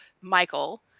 Michael